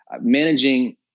managing